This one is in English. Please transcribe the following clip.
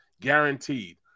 Guaranteed